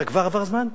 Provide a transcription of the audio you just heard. כבר עבר הזמן?